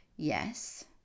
Yes